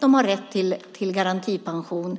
ha rätt till garantipension.